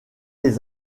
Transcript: les